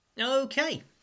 Okay